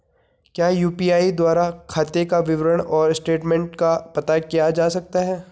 क्या यु.पी.आई द्वारा खाते का विवरण और स्टेटमेंट का पता किया जा सकता है?